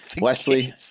Wesley